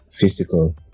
physical